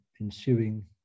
ensuing